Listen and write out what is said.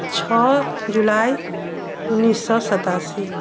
छओ जुलाई उन्नैस सए सतासी